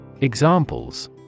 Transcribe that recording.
Examples